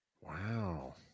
Wow